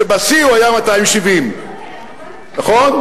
שבשיא הוא היה 270. נכון?